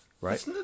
right